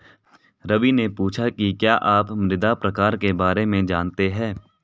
रवि ने पूछा कि क्या आप मृदा प्रकार के बारे में जानते है?